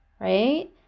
Right